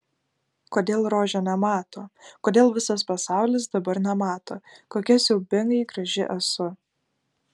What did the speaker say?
kodėl rožė nemato kodėl visas pasaulis dabar nemato kokia siaubingai graži esu